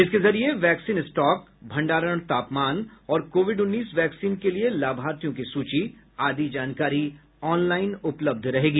इसके जरिए vaccine stock भंडारण तापमान और कोविड उन्नीस वैक्सीन के लिए लाभार्थियों की सूची आदि जानकारी ऑनलाइन उपलब्ध रहेगी